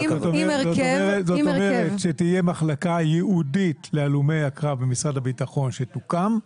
זאת אומרת שתהיה מחלקה ייעודית להלומי הקרב במשרד הביטחון שתוקם,